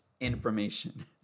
information